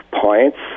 points